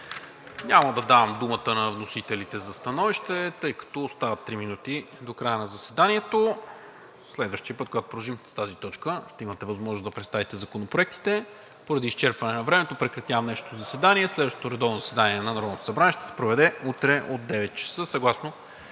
Няма да давам думата на вносителите за становище, тъй като остават три минути до края на заседанието. Следващия път, когато продължим с тази точка, ще имате възможност да представите законопроектите. Поради изчерпване на времето прекратявам днешното заседание. Следващото редовно заседание на Народното събрание ще се проведе утре от 9,00 ч.